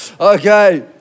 Okay